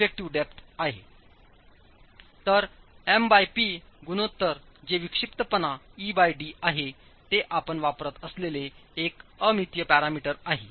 तर MP गुणोत्तर जे विक्षिप्तपणा ed आहे ते आपण वापरत असलेले एक अ मितीय पॅरामीटर आहे